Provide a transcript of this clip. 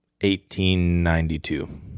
1892